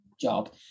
job